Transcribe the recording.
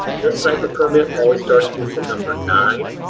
this type of permit always starts with the number nine.